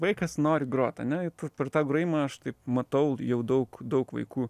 vaikas nori grot ane per tą grojimą aš taip matau jau daug daug vaikų